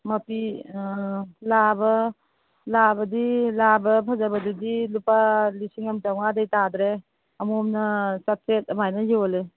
ꯃꯄꯤ ꯑꯥ ꯂꯥꯕ ꯂꯥꯕꯗꯤ ꯂꯥꯕ ꯐꯖꯕꯗꯨꯗꯤ ꯂꯨꯄꯥ ꯂꯤꯁꯤꯡ ꯑꯃ ꯆꯥꯡꯉꯥꯗꯒꯤ ꯇꯥꯗ꯭ꯔꯦ ꯑꯃꯣꯝꯅ ꯆꯥꯇ꯭ꯔꯦꯠ ꯑꯃꯥꯏꯅ ꯌꯣꯟꯂꯦ